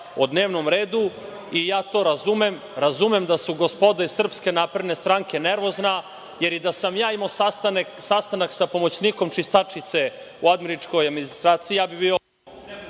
o dnevnom redu. Ja to razumem. Razumem da su gospoda iz Srpske napredne stranke nervozni, jer i da sam ja imao sastanak sa pomoćnikom čistačice u američkoj administraciji i ja bih bio